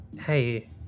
hey